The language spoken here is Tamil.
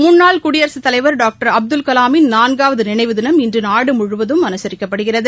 முன்னாள் குடியரசுத் தலைவர் டாக்டர் அப்துல் கலாமின் நான்காவது நினைவு தினம் இன்று நாடு முழுவ தும் அனுசரிக்கப்படுகிறது